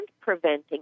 preventing